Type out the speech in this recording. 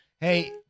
Hey